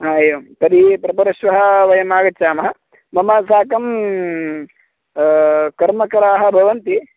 आ एवं तर्हि प्रपरश्वः वयम् आगच्छामः मम साकं कर्मकराः भवन्ति